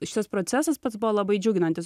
šitas procesas pats buvo labai džiuginantis